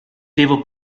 devo